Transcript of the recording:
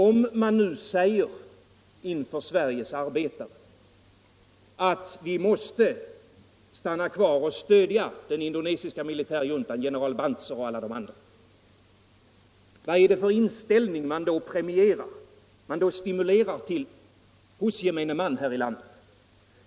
Om man inför Sveriges arbetare säger att vi måste stanna kvar i Världsbanken och stödja den indonesiska militärjuntan, general Bantzer och alla de andra, vad är det för inställning man då premierar och stimulerar till hos gemene man här i landet?